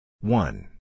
One